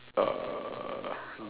uh